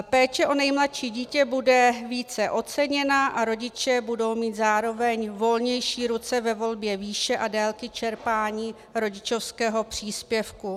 Péče o nejmladší dítě bude více oceněna a rodiče budou mít zároveň volnější ruce ve volbě výše a délky čerpání rodičovského příspěvku.